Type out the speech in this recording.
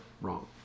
wrong